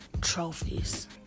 trophies